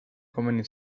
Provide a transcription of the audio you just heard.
komeni